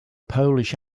polish